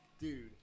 Dude